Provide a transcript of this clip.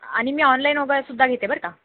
आणि मी ऑनलाईन वगैरे सुद्धा घेते बर का